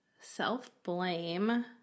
self-blame